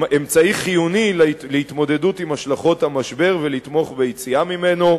אמצעי חיוני להתמודדות עם השלכות המשבר ולתמיכה ביציאה ממנו,